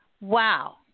Wow